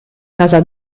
casa